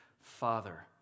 Father